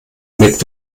mit